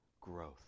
growth